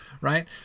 right